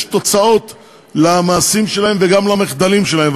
יש תוצאות למעשים שלהם וגם למחדלים שלהם,